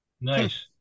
nice